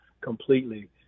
completely